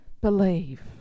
believe